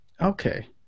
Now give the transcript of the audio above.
Okay